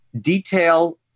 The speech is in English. detail